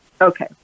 Okay